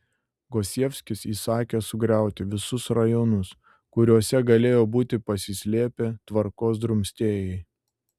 gosievskis įsakė sugriauti visus rajonus kuriuose galėjo būti pasislėpę tvarkos drumstėjai